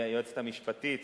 והיועצת המשפטית